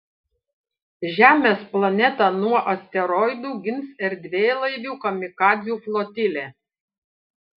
žemės planetą nuo asteroidų gins erdvėlaivių kamikadzių flotilė